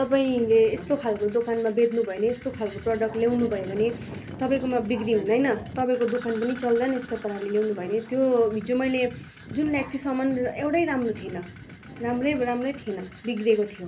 तपाईँले यस्तो खाले दोकानमा बेच्नु भयो भने यस्तो खाले प्रडक्ट ल्याउनु भयो भने तपाईँकोमा बिक्री हुँदैन तपाईँको दोकान पनि चल्दैन यस्तो पाराले ल्याउनु भयो भने त्यो हिजो मैले जुन ल्याएको थिएँ सामान एउटा राम्रो थिएन राम्रै राम्रै थिएन बिग्रेको थियो